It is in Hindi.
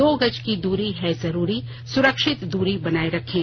दो गज की दूरी है जरूरी सुरक्षित दूरी बनाए रखें